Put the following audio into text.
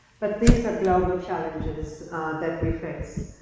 but these are global challenges that we face